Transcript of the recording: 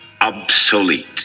Obsolete